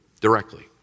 directly